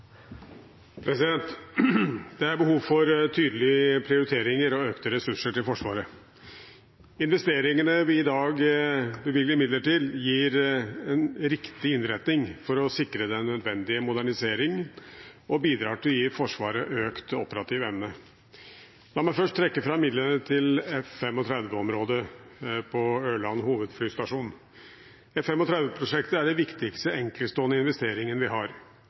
behov for tydelige prioriteringer og økte ressurser til Forsvaret. Investeringene vi i dag bevilger midler til, gir en riktig innretning for å sikre den nødvendige moderniseringen og bidrar til å gi Forsvaret økt operativ evne. La meg først trekke fram midlene til F-35-området på Ørland hovedflystasjon. F-35-prosjektet er den viktigste enkeltstående investeringen vi har.